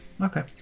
Okay